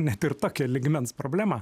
net ir tokio lygmens problema